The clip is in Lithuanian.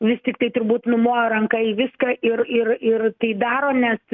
vis tiktai turbūt numojo ranka į viską ir ir ir tai daro nes